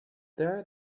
there